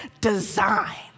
design